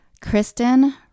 Kristen